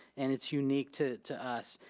and it's unique to to us,